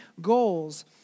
goals